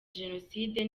genocide